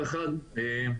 הארגון הארצי ואנוכי בתוכו,